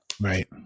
Right